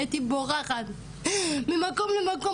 הייתי בורחת ממקום למקום,